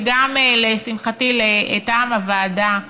ולשמחתי גם לטעם הוועדה,